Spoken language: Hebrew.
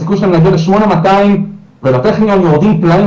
הסיכוי שלהם להגיע ל-8200 ולטכניון יורדים פלאים,